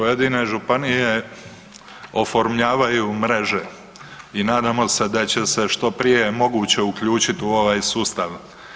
Pojedine županije oformljavaju mreže i nadamo se da će se što prije moguće uključiti u ovaj sustav.